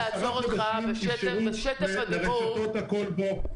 לעשות את המצב האופקי.